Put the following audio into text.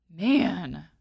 Man